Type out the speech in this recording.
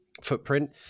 footprint